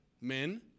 men